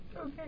okay